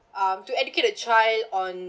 um to educate a child on